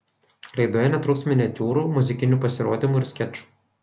laidoje netruks miniatiūrų muzikinių pasirodymų ir skečų